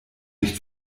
nicht